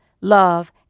love